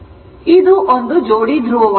ಆದ್ದರಿಂದ ಇದು ಒಂದು ಜೋಡಿ ಧ್ರುವವಾಗಿದೆ